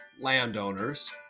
landowners